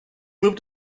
moved